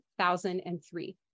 2003